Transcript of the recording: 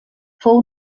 fou